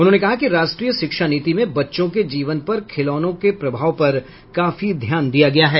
उन्होंने कहा कि राष्ट्रीय शिक्षा नीति में बच्चों के जीवन पर खिलौनों के प्रभाव पर काफी ध्यान दिया गया है